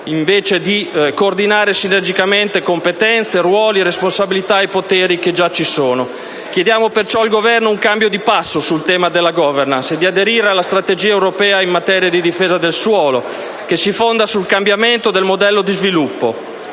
incapace di coordinare sinergicamente competenze, ruoli, responsabilità e poteri che già ci sono. Chiediamo perciò al Governo un cambio di passo sul tema della *governance* e di aderire alla strategia europea in materia di difesa del suolo, che si fonda sul cambiamento del modello di sviluppo: